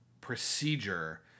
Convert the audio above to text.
procedure